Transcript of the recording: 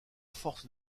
force